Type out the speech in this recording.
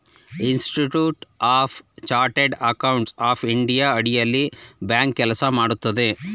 institute of chartered accountants of India ಅಡಿಯಲ್ಲಿ bank ಕೆಲಸ ಮಾಡುತ್ತದೆ